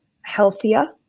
healthier